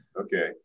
Okay